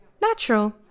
natural